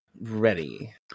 ready